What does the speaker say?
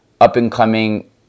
up-and-coming